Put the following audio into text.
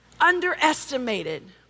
underestimated